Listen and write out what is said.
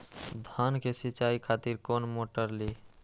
धान के सीचाई खातिर कोन मोटर ली?